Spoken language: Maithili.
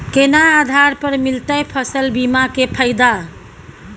केना आधार पर मिलतै फसल बीमा के फैदा?